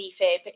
defib